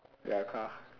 ya car